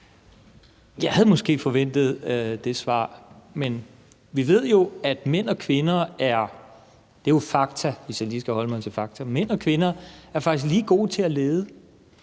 Jeg havde måske forventet det svar, men vi ved jo, at mænd og kvinder – og det er jo fakta, hvis jeg lige skal holde mig til fakta – faktisk er lige gode til at lede.